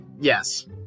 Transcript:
Yes